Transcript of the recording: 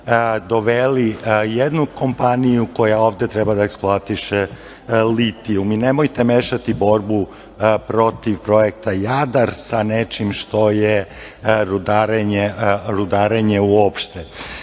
doveli jednu kompaniju koja ovde treba da eksploatiše litijum. Nemojte mešati borbu protiv projekata „Jadar“ sa nečim što je rudarenje uopšte. Sada